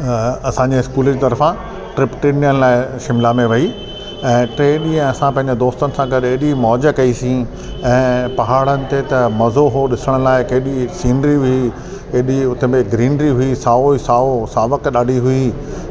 अ असांजे स्कूल ई तरफां ट्रिप टिनि ॾींहनि लाइ शिमला में वई ऐं टे ॾींहं असां पंहिंजे दोस्तनि सां गॾु एॾी मौज कईसीं ऐं पहाड़नि ते त मज़ो हो ॾिसण लाइकु एॾी सीनरी हुई एॾी उते में ग्रीनरी उनमें हुई साओ ई साओ सावक ॾाढी हुई